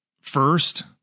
first